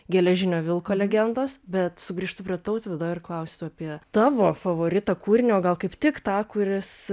geležinio vilko legendos bet sugrįžtu prie tautvydo ir klausiu apie tavo favoritą kūrinio gal kaip tik tą kuris